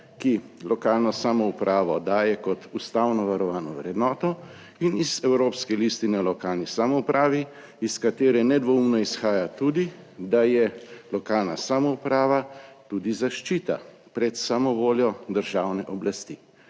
ki lokalno samoupravo daje kot ustavno varovano vrednoto in iz Evropske listine o lokalni samoupravi, iz katere nedvoumno izhaja tudi da je lokalna samouprava tudi zaščita pred samovoljo državne oblasti.